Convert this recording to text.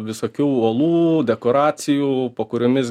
visokių olų dekoracijų po kuriomis